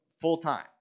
full-time